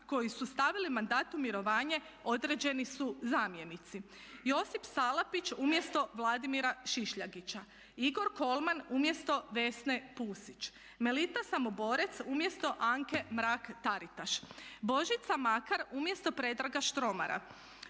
koji su stavili mandat u mirovanje određeni su zamjenici: Josip Salapić umjesto Vladimira Šišljagića, Igor Kolman umjesto Vesne Pusić, Melita Samoborec umjesto Anke Mrak-Taritaš, Božica Makar umjesto Predraga Štromara,